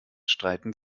streiten